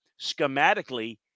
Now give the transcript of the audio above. schematically